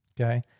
Okay